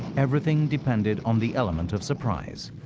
everything depended on the element of surprise,